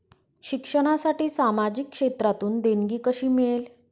शिक्षणासाठी सामाजिक क्षेत्रातून देणगी कशी मिळेल?